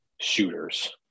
shooters